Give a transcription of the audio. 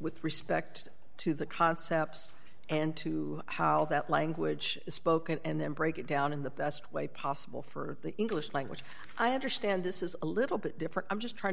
with respect to the concepts and to how that language is spoken and then break it down in the best way possible for the english language i understand this is a little bit different i'm just trying to